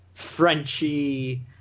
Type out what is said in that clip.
Frenchy